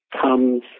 comes